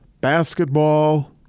basketball